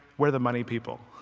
we're the money people.